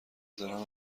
دارم